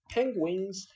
Penguins